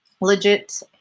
legit